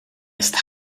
ist